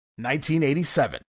1987